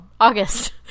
August